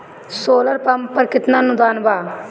Solar pump पर केतना अनुदान बा?